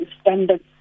standards